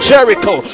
Jericho